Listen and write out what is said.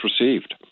received